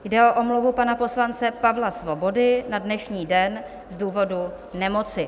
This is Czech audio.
Jde o omluvu pana poslance Pavla Svobody na dnešní den z důvodu nemoci.